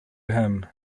him